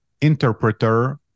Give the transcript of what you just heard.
interpreter